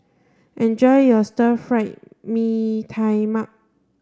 enjoy your stir fry Mee Tai Mak